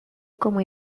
como